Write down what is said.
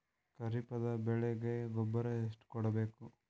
ಖರೀಪದ ಬೆಳೆಗೆ ಗೊಬ್ಬರ ಎಷ್ಟು ಕೂಡಬೇಕು?